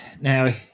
Now